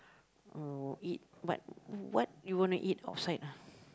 or eat but what you wanna eat outside ah